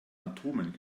atomen